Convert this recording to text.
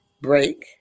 break